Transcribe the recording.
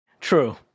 True